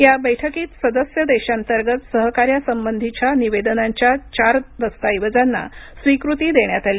या बैठकीत सदस्य देशांतर्गत सहकार्यासंबंधीच्या निवेदनांच्या चार दस्तऐवजांना स्वीकृती देण्यात आली